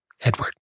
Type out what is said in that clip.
Edward